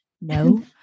No